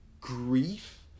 grief